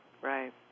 Right